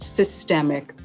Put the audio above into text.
systemic